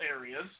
areas